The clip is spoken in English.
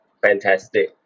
Fantastic